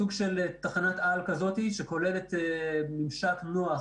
סוג של תחנת על שכוללת ממשק נוח